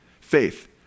Faith